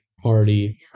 party